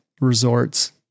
resorts